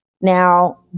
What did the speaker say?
Now